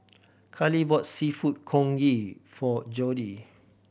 Kali bought Seafood Congee for Jody